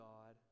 God